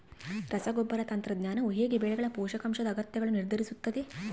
ರಸಗೊಬ್ಬರ ತಂತ್ರಜ್ಞಾನವು ಹೇಗೆ ಬೆಳೆಗಳ ಪೋಷಕಾಂಶದ ಅಗತ್ಯಗಳನ್ನು ನಿರ್ಧರಿಸುತ್ತದೆ?